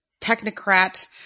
technocrat